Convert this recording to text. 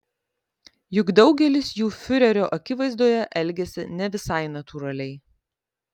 juk daugelis jų fiurerio akivaizdoje elgiasi ne visai natūraliai